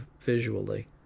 visually